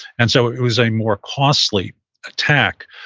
and so it was a more costly attack.